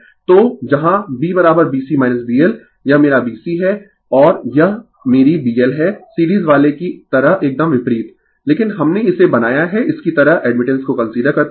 तो जहां B B C B L यह मेरा B C है और यह मेरी B L है सीरीज वाले की तरह एकदम विपरीत लेकिन हमने इसे बनाया है इसकी तरह एडमिटेंस को कंसीडर करते हुए